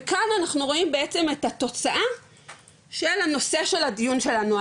וכאן אנחנו רואים בעצם את התוצאה של הנושא של הדיון שלנו,